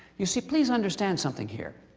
you see, please understand something here.